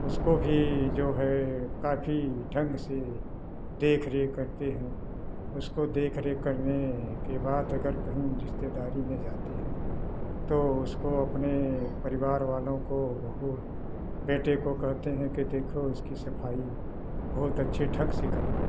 उसको भी जो है काफ़ी ठंड से देख रेख करते हैं उसको देख रेख करने के बाद अगर कहीं रिश्तेदारी में जाते हैं तो उसको अपने परिवार वालों को बहू बेटे को कहते हैं कि देखो इसकी सफाई बहुत अच्छे ढंग से करना